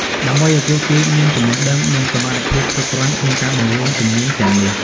ដើម្បីឱ្យពួកគេមានចំណេះដឹងនិងសមត្ថភាពគ្រប់គ្រាន់ក្នុងការបង្រៀនជំនាញទាំងនេះ។